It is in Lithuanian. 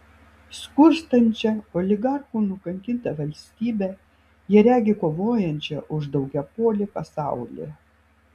skurstančią oligarchų nukankintą valstybę jie regi kovojančią už daugiapolį pasaulį